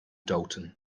dalton